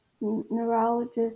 neurologist